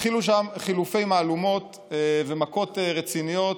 התחילו שם חילופי מהלומות ומכות רציניות,